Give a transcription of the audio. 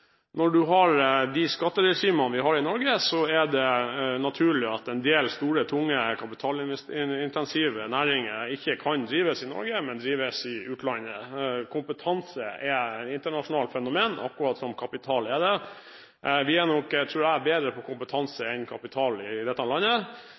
når vi har de skatteregimene vi har i Norge, er det naturlig at en del store, tunge, kapitalintensive næringer ikke kan drives i Norge, men drives i utlandet. Kompetanse er et internasjonalt fenomen akkurat som kapital er det. Vi er nok, tror jeg, bedre på kompetanse